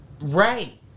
Right